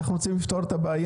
אנחנו רוצים לפתור את הבעיה.